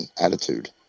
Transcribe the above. attitude